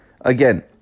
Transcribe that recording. Again